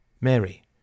Mary